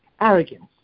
arrogance